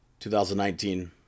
2019